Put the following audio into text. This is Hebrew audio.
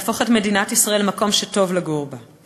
להפוך את מדינת ישראל למקום שטוב לגור בו,